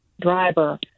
driver